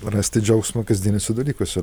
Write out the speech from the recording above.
rasti džiaugsmą kasdieniuose dalykuose